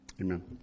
Amen